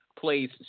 plays